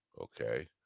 Okay